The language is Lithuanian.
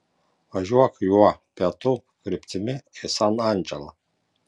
važiuok juo pietų kryptimi į san andželą